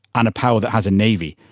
and a power that has a navy,